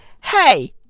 Hey